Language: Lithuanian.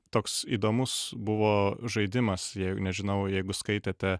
toks įdomus buvo žaidimas jei nežinau jeigu skaitėte